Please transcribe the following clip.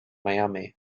miami